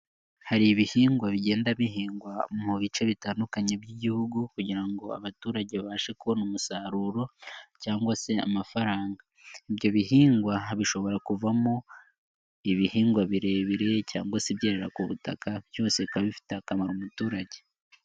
Hari ibihingwa bigenda bihingwa mu bice bitandukanye by'igihugu kugira ngo abaturage babashe kubona umusaruro cyangwa se amafaranga. Ibyo bihingwa bishobora kuvamo ibihingwa birebire cyangwa se ibyerera ku butaka, byose bikaba bifitetiye akamaro umuturage.